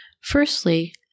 Firstly